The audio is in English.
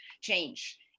change